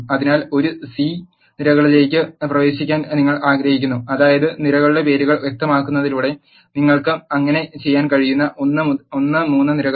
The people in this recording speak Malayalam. അതിനാൽ ഒരു സി നിരകളിലേക്ക് പ്രവേശിക്കാൻ നിങ്ങൾ ആഗ്രഹിക്കുന്നു അതായത് നിരകളുടെ പേരുകൾ വ്യക്തമാക്കുന്നതിലൂടെ നിങ്ങൾക്ക് അങ്ങനെ ചെയ്യാൻ കഴിയുന്ന 1 3 നിരകൾ